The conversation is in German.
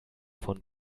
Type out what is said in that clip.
von